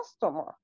customer